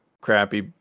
crappy